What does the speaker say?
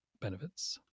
benefits